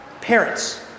Parents